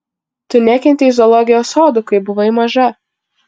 tu nekentei zoologijos sodų kai buvai maža